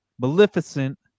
Maleficent